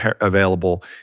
available